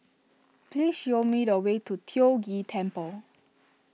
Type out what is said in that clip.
please show me the way to Tiong Ghee Temple